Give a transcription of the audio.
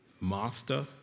master